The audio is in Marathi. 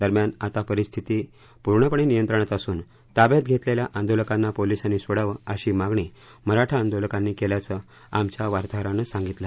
दरम्यान आता परिस्थितीत पूर्णपणे नियंत्रणात असून ताब्यात घेतलेल्या आंदोलकांना पोलिसांनी सोडावं अशी मागणी मराठा आंदोलकांनी केल्याचं आमच्या वार्ताहरानं सांगितलं